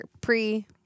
pre